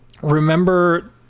remember